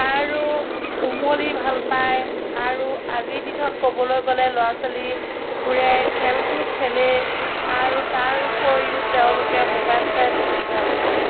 আৰু ওমলি ভাল পায় আৰু আজি দিনত ক'বলৈ গ'লে ল'ৰা ছোৱালীবোৰে খেলটো খেলেই আৰু তাৰোপৰিও তেওঁলোকে ম'বাইল চাই বেছি ভাল পায়